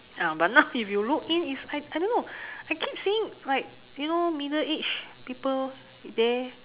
ya but now if you look in is like I don't know I keep seeing like you know middle age people there